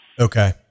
Okay